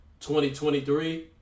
2023